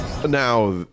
Now